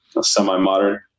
semi-modern